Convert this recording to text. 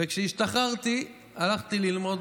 וכשהשתחררתי, הלכתי ללמוד